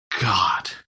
god